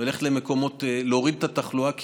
ולהוריד את התחלואה,